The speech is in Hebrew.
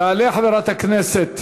תעלה חברת הכנסת